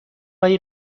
هایی